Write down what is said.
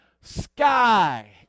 sky